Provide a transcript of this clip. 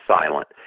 silent